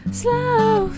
slow